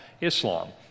Islam